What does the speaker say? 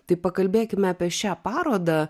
tai pakalbėkime apie šią parodą